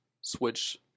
switch